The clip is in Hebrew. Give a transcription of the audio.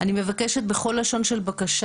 אני מבקשת בכל לשון של בקשה.